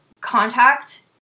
contact